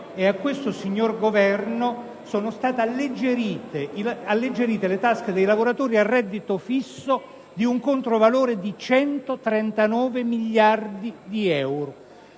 a questo signor Governo, sono state alleggerite le tasche dei lavoratori a reddito fisso di un controvalore di 139 miliardi di euro,